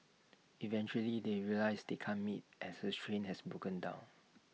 eventually they realise they can't meet as her train has broken down